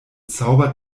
zauber